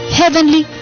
heavenly